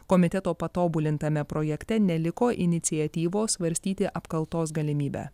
komiteto patobulintame projekte neliko iniciatyvos svarstyti apkaltos galimybę